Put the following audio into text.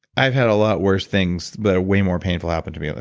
i've had a lot worse things that are way more painful happen to me.